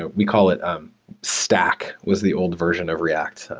ah we call it um stack was the old version of react,